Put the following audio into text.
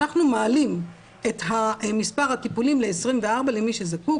אנחנו מעלים את מספר הטיפולים ל-24 למי שזקוק',